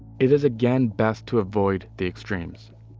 it is again best to avoid the extremes.